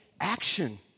action